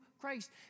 Christ